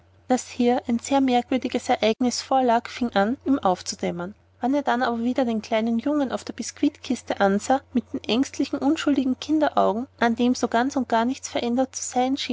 daß hier ein sehr merkwürdiges ereignis vorlag fing an ihm aufzudämmern wenn er dann aber wieder den kleinen jungen auf der biskuitkiste ansah mit den ängstlichen unschuldigen kinderaugen an dem so ganz und gar nichts verändert zu sein